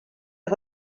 est